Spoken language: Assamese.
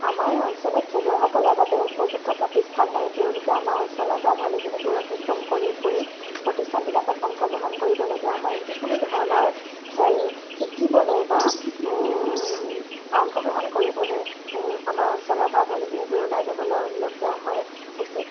আমাৰ অঞ্চলত খেলুৱৈসকলৰ বাবে উপযুক্ত প্ৰতিষ্ঠান নাই তেওঁলোকে আমাৰ অঞ্চলৰপৰা ভালেখিনি দূৰ অতিক্ৰম কৰি গৈ প্ৰতিষ্ঠানবিলাকত অংশগ্ৰহণ কৰিবলগীয়া হয় যিকোনো ধৰণৰ খেল শিকিবলৈ বা অংশগ্ৰহণ কৰিবলৈ আমাৰ অঞ্চলৰপৰা ভালেখিনি দূৰ ওলাই যাবলগীয়া হয় উচিত